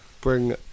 bring